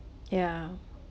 yeah